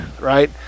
Right